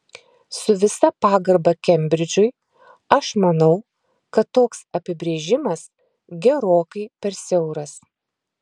su visa pagarba kembridžui aš manau kad toks apibrėžimas gerokai per siauras